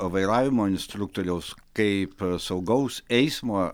vairavimo instruktoriaus kaip saugaus eismo